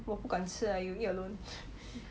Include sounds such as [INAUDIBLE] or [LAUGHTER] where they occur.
我不敢吃啊 you eat alone [BREATH]